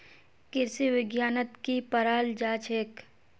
कृषि विज्ञानत की पढ़ाल जाछेक